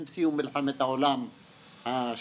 עם סיום מלחמת העולם השנייה,